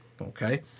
okay